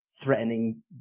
threatening